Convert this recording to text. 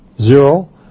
zero